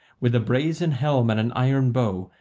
with a brazen helm and an iron bow,